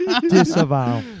Disavow